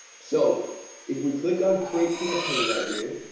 so if we click on create campaign right here,